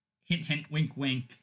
hint-hint-wink-wink